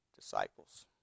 disciples